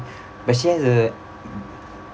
but she has a